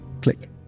click